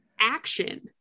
action